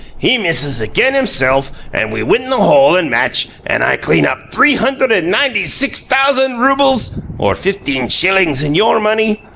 he misses again himself, and we win the hole and match and i clean up three hundred and ninety-six thousand roubles, or fifteen shillings in your money.